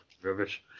Rubbish